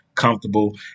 comfortable